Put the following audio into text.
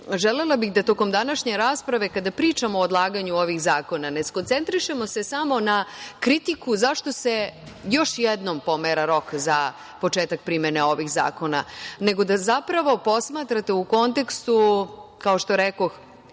bih da tokom današnje rasprave, kada pričamo o odlaganju ovih zakona ne skoncentrišemo se samo na kritiku zašto još jednom pomera rok za početak primene ovih zakona, nego da posmatrate u kontekstu, kao što rekoh,